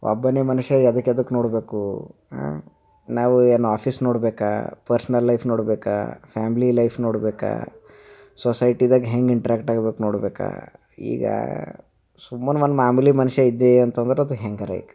ಒಬ್ಬನೆ ಮನುಷ್ಯ ಎದಕ್ ಎದಕ್ ನೋಡಬೇಕು ಹಾಂ ನಾವು ಏನು ಆಫೀಸ್ ನೋಡಬೇಕಾ ಪರ್ಸ್ನಲ್ ಲೈಫ್ ನೋಡಬೇಕಾ ಫ್ಯಾಮ್ಲಿ ಲೈಫ್ ನೋಡಬೇಕಾ ಸೊಸೈಟಿದಾಗ ಹೆಂಗೆ ಇಂಟ್ರಾಕ್ಟ್ ಆಗೋಕೆ ನೋಡಬೇಕಾ ಈಗ ಸುಮ್ಮನೆ ಒಂದು ಮಾಮೂಲಿ ಮನುಷ್ಯ ಇದ್ದೇ ಅಂತಂದ್ರೆ ಅದು ಹೆಂಗರೇಕ್